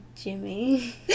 Jimmy